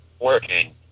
working